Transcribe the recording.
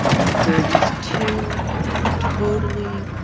it's there are these two totally